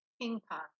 ping-pong